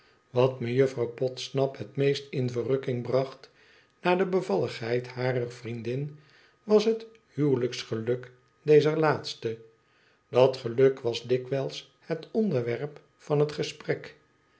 mejuffrouw podsnap het meest in verrukking bracht na de bevalligheid harer vriendm was het huwelijksgeluk dezer laatste dat geluk was dikwijls het onderwerp van het gesprek